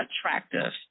attractive